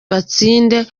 batsinde